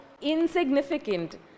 insignificant